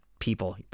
People